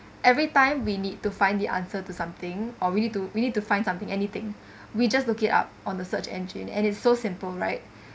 we need to find the answer to something or we need to we need to find something anything we just look it up on the search engine and it's so simple right